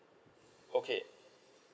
okay